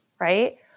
Right